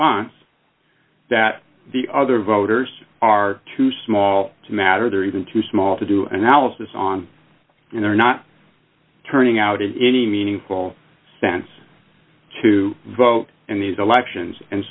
messages that the other voters are too small to matter even too small to do analysis on and they're not turning out in any meaningful sense to vote in these elections and